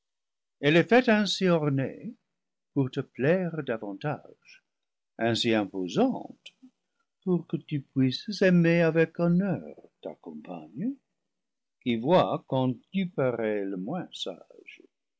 elle est faite ainsi ornée pour te plaire davantage ainsi imposante pour que tu puisses aimer avec hon neur ta compagne qui voit quand tu parais le moins sage